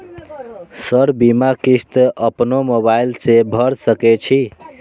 Sir बीमा किस्त अपनो मोबाईल से भर सके छी?